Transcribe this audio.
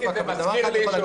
אבל דבר אחד אני יכול להגיד לך.